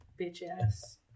bitch-ass